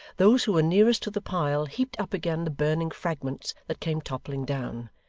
those who were nearest to the pile, heaped up again the burning fragments that came toppling down,